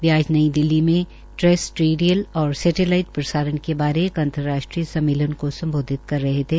वे आज नई दिल्ली में ट्रेस टीरीयल और सेटेलाइट प्रसारणा के बारे में एक अंतर्राष्ट्रीय सम्मेलन को सम्बोधित कर रहे थे